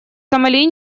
сомали